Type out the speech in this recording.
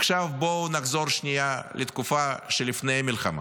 עכשיו בואו נחזור שנייה לתקופה שלפני המלחמה.